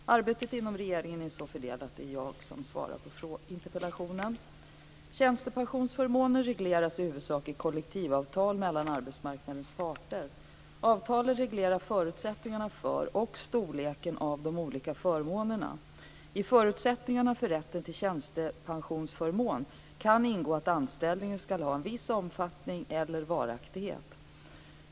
Arbetet inom regeringen är så fördelat att det är jag som ska svara på interpellationen. Tjänstepensionsförmåner regleras i huvudsak i kollektivavtal mellan arbetsmarknadens parter. Avtalen reglerar förutsättningarna för och storleken av de olika förmånerna. I förutsättningarna för rätten till tjänstepensionsförmån kan ingå att anställningen ska ha en viss omfattning eller varaktighet.